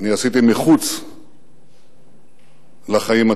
אני עשיתי מחוץ לחיים הציבוריים,